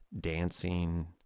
dancing